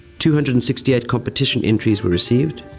two hundred and sixty eight competition entries were received.